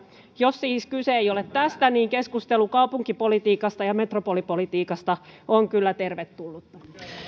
jos siis kyse ei ole tästä niin keskustelu kaupunkipolitiikasta ja metropolipolitiikasta on kyllä tervetullutta